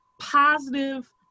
positive